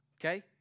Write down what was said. okay